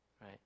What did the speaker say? right